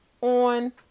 On